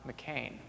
McCain